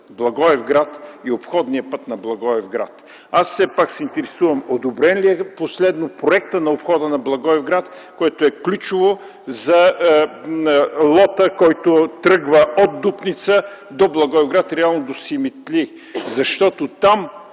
Благоевград и обходния път на Благоевград. Аз все пак се интересувам одобрен ли е последно проектът на обхода на Благоевград, което е ключово за лота, който тръгва от Дупница до Благоевград, реално до Симитли. Защото там